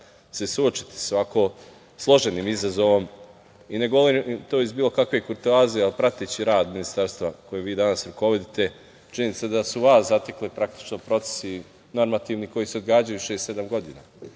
se suočite sa ovako složenim izazovom. Ne govorim to iz bilo kakve kurtoazije, ali prateći rad ministarstva kojim vi danas rukovodite, činjenica da su vas zatekli praktično procesi normativni koji se odgađaju šest, sedam